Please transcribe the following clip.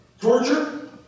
torture